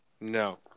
No